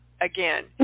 again